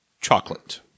chocolate